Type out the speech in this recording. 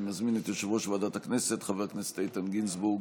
אני מזמין את יושב-ראש ועדת הכנסת חבר הכנסת איתן גינזבורג,